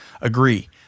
agree